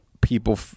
people